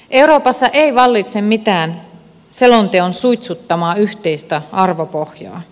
euroopassa ei vallitse mitään selonteon suitsuttamaa yhteistä arvopohjaa